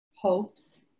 hopes